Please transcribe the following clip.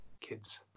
Kids